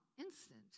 instant